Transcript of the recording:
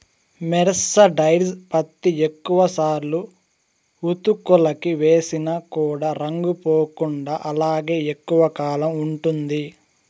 mercerised పత్తి ఎక్కువ సార్లు ఉతుకులకి వేసిన కూడా రంగు పోకుండా అలానే ఎక్కువ కాలం ఉంటుంది